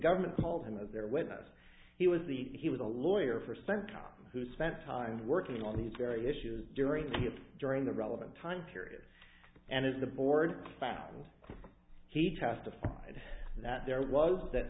government told him as their witness he was the he was a lawyer for centcom who spent time working on these very issues during the during the relevant time period and as the board found he testified that there was that